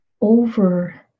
over